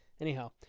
Anyhow